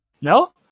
No